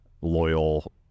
loyal